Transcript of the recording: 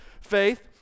faith